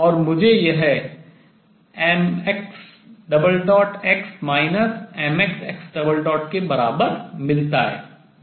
और मुझे यह mxx mxx के बराबर मिलता है बाईं ओर